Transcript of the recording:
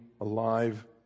alive